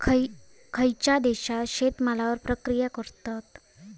खयच्या देशात शेतमालावर प्रक्रिया करतत?